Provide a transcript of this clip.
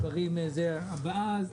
ואז,